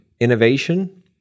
innovation